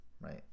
right